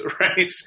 right